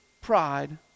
pride